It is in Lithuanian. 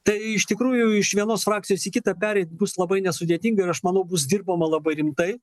tai iš tikrųjų iš vienos frakcijos į kitą pereit bus labai nesudėtinga ir aš manau bus dirbama labai rimtai